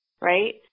right